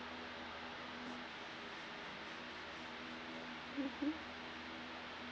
mmhmm